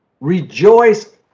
Rejoice